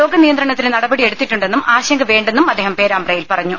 രോഗനിയന്ത്രണത്തിന് നടപടിയെടുത്തിട്ടുണ്ടെന്നും ആശങ്ക വേണ്ടെന്നും അദ്ദേഹം പേരാമ്പ്രയിൽ പറഞ്ഞു